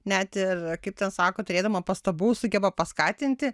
net ir kaip ten sako turėdama pastabų sugeba paskatinti